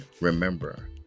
remember